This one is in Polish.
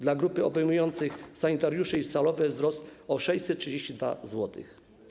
Dla grupy obejmującej sanitariuszy i salowe - wzrost o 632 zł.